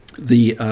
the, ah,